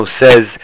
says